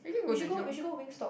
we should go we should go Wingstop